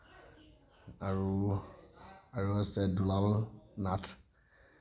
আৰু আছে দুলাল নাথ